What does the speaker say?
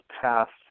passed